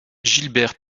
gilbert